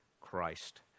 Christ